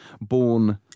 Born